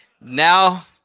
Now